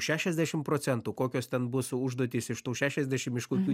šešiasdešim procentų kokios ten bus užduotys iš tų šešiasdešim iš kokių